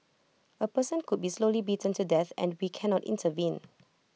A person could be slowly beaten to death and we cannot intervene